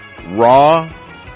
raw